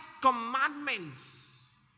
commandments